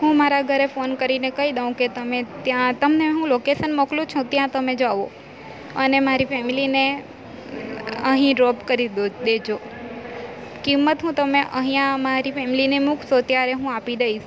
હું મારા ઘરે ફોન કરીને કહી દઉં કે તમે ત્યાં તમને હું લોકેશન મોકલું છું ત્યાં તમે જાવ અને મારી ફેમલીને અહીં ડ્રોપ કરી દો દેજો કિંમત હું તમે અહીંયા મારી ફેમિલીને મૂકશો ત્યારે હું આપી દઈશ